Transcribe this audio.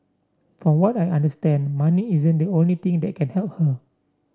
from what I understand money isn't the only thing that can help her